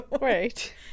Right